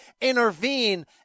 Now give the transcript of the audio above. intervene